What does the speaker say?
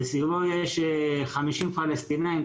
מסביבו יש חמישים פלסטינאים,